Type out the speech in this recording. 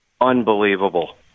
unbelievable